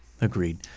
Agreed